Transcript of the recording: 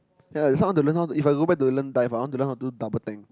ya that's why I want to learn how to if I go back to learn dive I want to learn do double tank